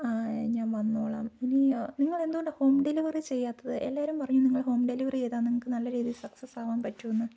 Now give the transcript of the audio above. ആ ഞാൻ വന്നോളാ ഇനി നിങ്ങൾ എന്തുകൊണ്ടാ ഹോം ഡെലിവെറി ചെയ്യാത്തത് എല്ലാവരും പറയുന്നു നിങ്ങൾ ഹോം ഡെലിവെറി ചെയ്താൽ നിങ്ങൾക്ക് നല്ല രീതിയിൽ സക്സസ്സ് ആകാൻ പറ്റുമെന്ന്